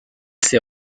ces